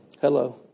Hello